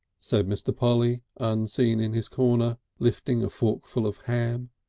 said mr. polly, unseen in his corner, lifting a forkful of ham.